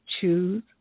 choose